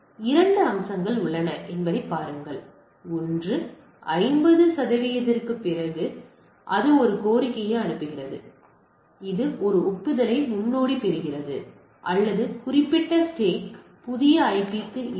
எனவே 2 அம்சங்கள் உள்ளன என்பதைப் பாருங்கள் ஒன்று 50 சதவிகிதத்திற்குப் பிறகு அது ஒரு கோரிக்கையை அனுப்புகிறது இது ஒரு ஒப்புதலை முன்னாடி பெறுகிறது அல்லது குறிப்பிட்ட ஒரு ஸ்டேக்கில் புதிய ஐபிக்கு இல்லை